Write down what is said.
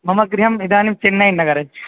मम गृहम् इदानीं चेन्नै नगरे